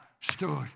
stood